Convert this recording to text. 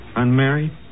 unmarried